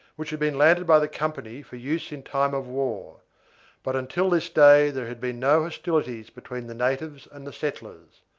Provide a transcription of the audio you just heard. which had been landed by the company for use in time of war but until this day there had been no hostilities between the natives and the settlers.